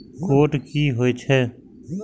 Code की होय छै?